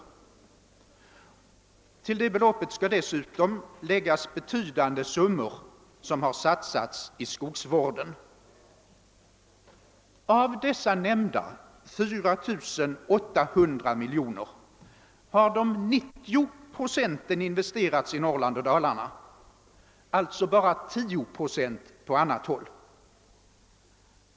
Till det beloppet skall dessutom läggas betydande summor som har satsats i skogsvården. Av dessa nämnda 4 800 miljoner har 90 procent investerats i Norrland och Dalarna och alltså bara 10 procent på annat håll.